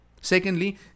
Secondly